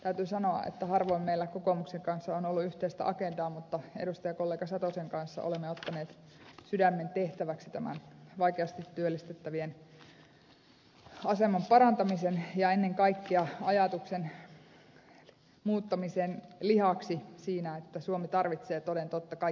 täytyy sanoa että harvoin meillä kokoomuksen kanssa on ollut yhteistä agendaa mutta edustajakollega satosen kanssa olemme ottaneet sydämentehtäväksi näiden vaikeasti työllistettävien aseman parantamisen ja ennen kaikkea ajatuksen muuttamisen lihaksi siinä että suomi tarvitsee toden totta kaikki kädet